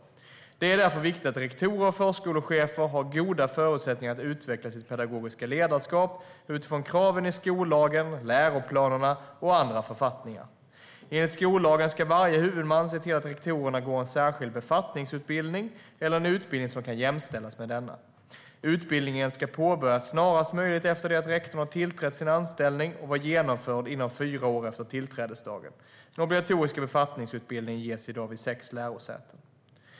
Det är därför viktigt att rektorer och förskolechefer har goda förutsättningar att utveckla sitt pedagogiska ledarskap utifrån kraven i skollagen, läroplanerna och andra författningar. Enligt skollagen ska varje huvudman se till att rektorerna går en särskild befattningsutbildning eller en utbildning som kan jämställas med denna. Utbildningen ska påbörjas snarast möjligt efter det att rektorn har tillträtt sin anställning och vara genomförd inom fyra år efter tillträdesdagen. Den obligatoriska befattningsutbildningen ges i dag vid sex lärosäten.